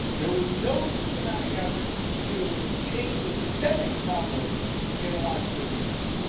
there was no systematic effort to change the systemic problems in washington, dc.